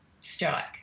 strike